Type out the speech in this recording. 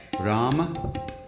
Rama